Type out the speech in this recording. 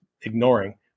ignoring